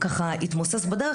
התמוסס בדרך,